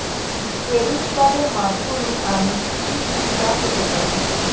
Credit কার্ডের মাধ্যমে আমি কি কি সুবিধা পেতে পারি?